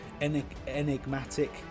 enigmatic